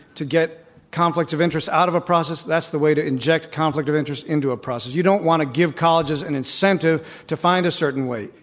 to get conflicts of interest out of a process. that's the way to inject conflict of interest into a process. you don't want to give colleges an incentive to find a certain way,